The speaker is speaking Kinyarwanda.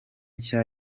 nshya